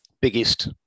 biggest